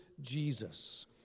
Jesus